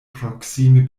proksime